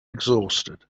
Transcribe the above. exhausted